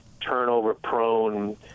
turnover-prone